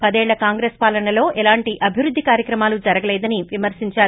పదేళ్ల కాంగ్రెస్ పాలనలో ఎలాంటి అభివృద్ది కార్యక్రమాలు జరగలేదని విమర్పించారు